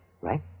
right